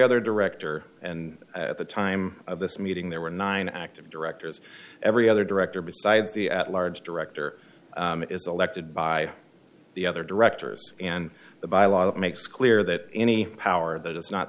other director and at the time of this meeting there were nine active directors every other director besides the at large director is elected by the other directors and by a lot of makes clear that any power that is not